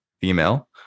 female